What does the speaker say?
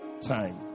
time